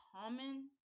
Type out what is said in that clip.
common